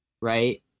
Right